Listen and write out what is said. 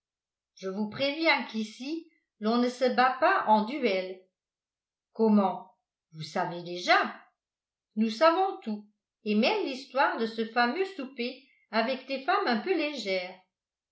je vous préviens qu'ici l'on ne se bat pas en duel comment vous savez déjà nous savons tout et même l'histoire de ce fameux souper avec des femmes un peu légères